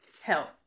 help